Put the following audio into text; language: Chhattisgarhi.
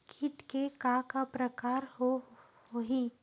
कीट के का का प्रकार हो होही?